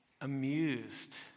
amused